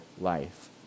life